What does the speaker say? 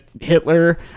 hitler